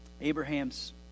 Abraham's